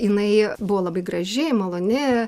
jinai buvo labai graži maloni